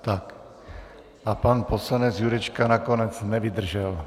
Tak a pan poslanec Jurečka nakonec nevydržel.